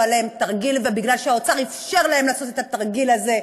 עליהם תרגיל ומפני שהאוצר אפשר להם לעשות את התרגיל הזה,